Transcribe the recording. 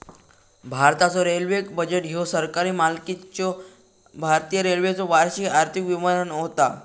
भारताचो railway budget ह्यो सरकारी मालकीच्यो भारतीय रेल्वेचो वार्षिक आर्थिक विवरण होता